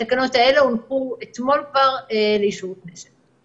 התקנות האלה הונחו כבר אתמול לאישור הכנסת.